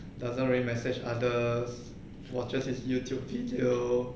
doesn't really message others watches his youtube video